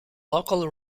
local